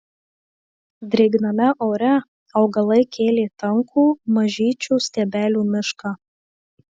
drėgname ore augalai kėlė tankų mažyčių stiebelių mišką